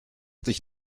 dich